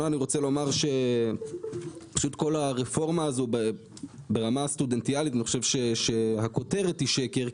בכל הרפורמה הזאת ברמה הסטודנטיאלית הכותרת היא שקר,